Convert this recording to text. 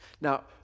Now